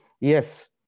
Yes